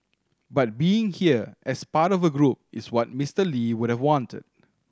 but being here as part of a group is what Miser Lee would've wanted